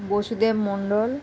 Vasudev Mondal